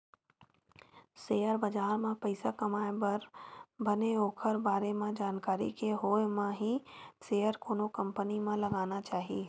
share बजार म पइसा कमाए बर बने ओखर बारे म जानकारी के होय म ही सेयर कोनो कंपनी म लगाना चाही